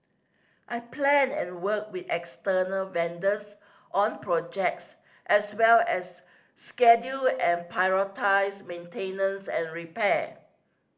I plan and work with external vendors on projects as well as schedule and prioritise maintenance and repair